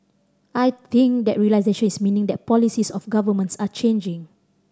I think that realisation is meaning that policies of governments are changing